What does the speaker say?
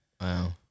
Wow